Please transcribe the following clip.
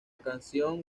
canción